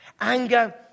Anger